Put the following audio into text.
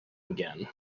again